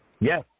Yes